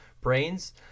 brains